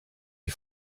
ich